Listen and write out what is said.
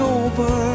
over